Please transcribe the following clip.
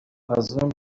abazungu